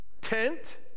tent